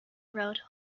road